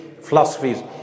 philosophies